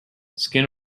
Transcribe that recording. skin